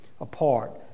apart